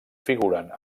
figuren